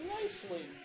Nicely